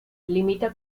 limita